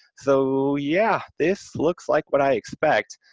so, yeah, this looks like what i expect.